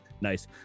Nice